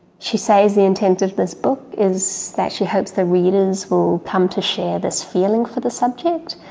she says the intent of this book is that she hopes the readers will come to share this feeling for the subject,